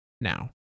now